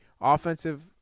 offensive